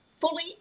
fully